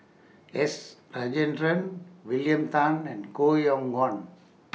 S Rajendran William Tan and Koh Yong Guan